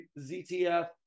ZTF